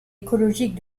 écologique